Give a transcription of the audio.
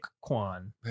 Kwan